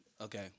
Okay